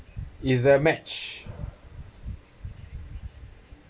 is a match